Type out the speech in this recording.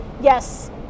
yes